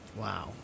Wow